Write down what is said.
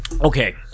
Okay